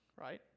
right